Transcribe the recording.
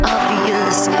Obvious